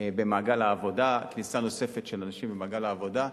במעגל העבודה, כניסה נוספת של אנשים למעגל העבודה,